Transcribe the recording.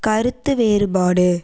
கருத்து வேறுபாடு